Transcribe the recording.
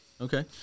Okay